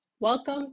Welcome